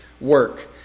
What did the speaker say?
work